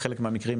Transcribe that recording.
בחלק מהמקרים,